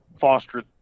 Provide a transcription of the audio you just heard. foster